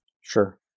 Sure